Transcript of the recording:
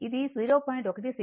16 j 0